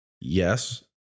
Yes